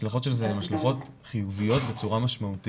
ההשלכות של זה הן חיוביות בצורה משמעותית.